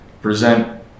present